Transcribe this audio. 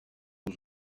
aux